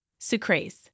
sucrase